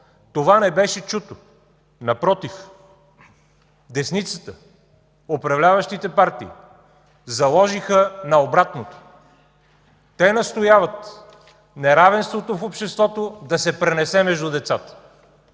Това не беше чуто, напротив – десницата, управляващите партии заложиха на обратното – те настояват неравенството в обществото да се пренесе между децата.